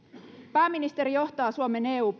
pääministeri johtaa suomen eu